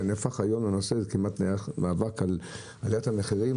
נושא המאבק בעליית המחירים.